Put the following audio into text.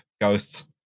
Ghosts